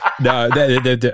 No